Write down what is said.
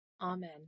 Amen